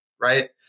right